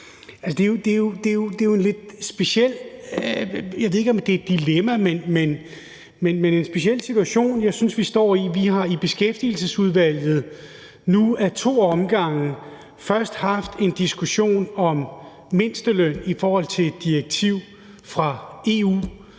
og børns sygedage. Jeg ved ikke, om det er et dilemma, men en lidt speciel situation, vi står i, synes jeg. Vi har i Beskæftigelsesudvalget nu af to omgange først haft en diskussion om mindsteløn i forhold til et direktiv fra EU,